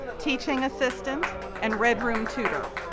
teaching assistant and red room tutor.